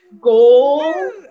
goal